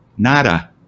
Nada